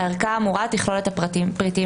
הערכה האמורה תכלול את הפריטים